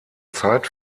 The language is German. zeit